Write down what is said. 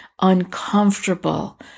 uncomfortable